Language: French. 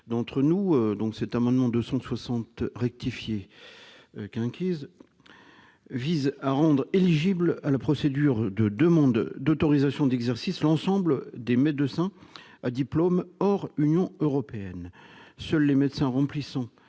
amendement, dont l'initiative revient au docteur Chasseing, vise à rendre éligible à la procédure de demande d'autorisation d'exercice l'ensemble des médecins à diplôme hors Union européenne. Seuls les médecins remplissant